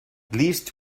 least